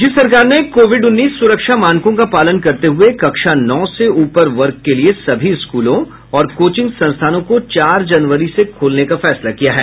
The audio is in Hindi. राज्य सरकार ने कोविड उन्नीस सुरक्षा मानकों का पालन करते हुए कक्षा नौ से ऊपर वर्ग के लिए सभी स्कूलों और कोचिंग संस्थानों को चार जनवरी से खोलने का फैसला किया है